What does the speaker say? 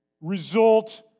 result